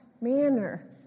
manner